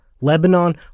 Lebanon